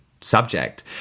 subject